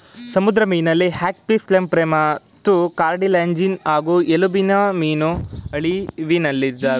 ಸಮುದ್ರ ಮೀನಲ್ಲಿ ಹ್ಯಾಗ್ಫಿಶ್ಲ್ಯಾಂಪ್ರೇಮತ್ತುಕಾರ್ಟಿಲ್ಯಾಜಿನಸ್ ಹಾಗೂ ಎಲುಬಿನಮೀನು ಅಳಿವಿನಲ್ಲಿದಾವೆ